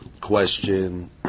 question